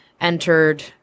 entered